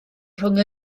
rhwng